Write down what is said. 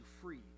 free